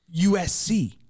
USC